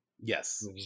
Yes